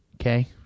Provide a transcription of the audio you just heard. okay